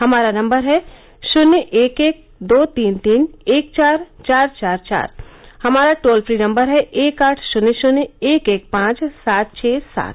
हमारा नम्बर है शून्य एक एक दो तीन तीन एक चार चार चार चार हमारा टोल फ्री नम्बर है एक आठ शून्य शून्य एक एक पांच सात छ सात